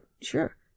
sure